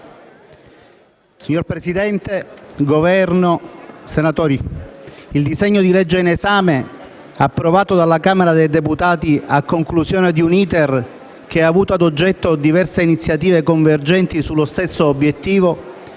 Governo, onorevoli colleghi, il disegno di legge in esame, approvato dalla Camera dei deputati a conclusione di un *iter* che ha avuto ad oggetto diverse iniziative convergenti sullo stesso obiettivo,